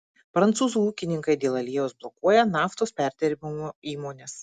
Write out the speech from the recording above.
prancūzų ūkininkai dėl aliejaus blokuoja naftos perdirbimo įmones